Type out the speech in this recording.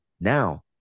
Now